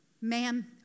ma'am